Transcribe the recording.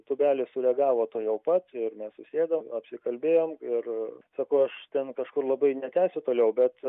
tubelis sureagavo tuojau pat ir mes susėdom apsikalbėjom ir sakau aš ten kažkur labai netęsiu toliau bet